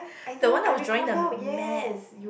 the one I was joining the ma~